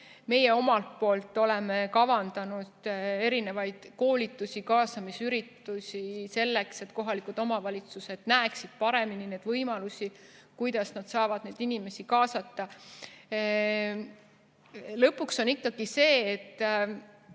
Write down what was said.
Meie omalt poolt oleme kavandanud erinevaid koolitusi, kaasamisüritusi, selleks et kohalikud omavalitsused näeksid paremini võimalusi, kuidas nad saavad neid inimesi kaasata. Lõpuks on ikkagi see, et